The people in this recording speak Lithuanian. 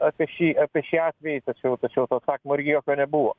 apie šį apie šį atvejį tačiau tačiau to atsakymo irgi jokio nebuvo